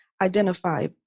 identify